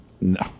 No